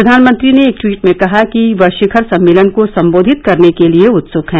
प्रवानमंत्री ने एक ट्वीट में कहा कि वह शिखर सम्मेलन को संबोधित करने के लिए उत्सक हैं